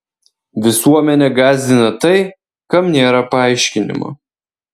visuomenę gąsdina tai kam nėra paaiškinimo